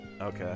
okay